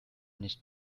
nicht